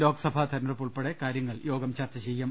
ലോക്സഭാ തെരഞ്ഞെടുപ്പ് ഉൾപ്പെടെ കാര്യങ്ങൾ യോഗം ചർച്ച ചെയ്യും